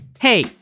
Hey